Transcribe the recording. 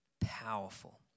powerful